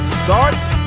starts